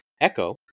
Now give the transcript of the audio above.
Echo